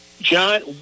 John